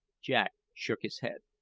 jack shook his head.